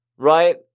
Right